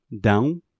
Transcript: down